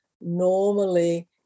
normally